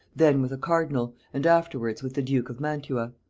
then with a cardinal, and afterwards with the duke of mantua.